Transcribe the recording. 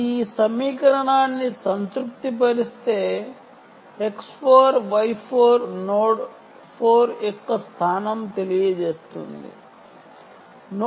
అది ఈ సమీకరణాన్ని సంతృప్తిపరిస్తే X4 Y4 నోడ్ 4 యొక్క స్థానం తెలియజేస్తుంది